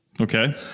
okay